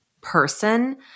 person